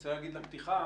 רוצה להגיד לפתיחה